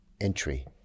entry